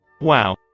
Wow